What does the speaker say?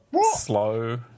slow